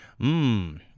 mmm